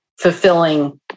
fulfilling